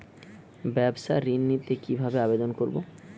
ব্যাবসা ঋণ নিতে কিভাবে আবেদন করব?